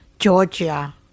Georgia